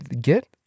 get